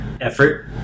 effort